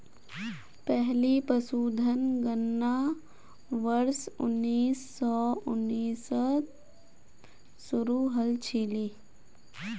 पहली पशुधन गणना वर्ष उन्नीस सौ उन्नीस त शुरू हल छिले